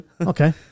Okay